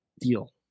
deal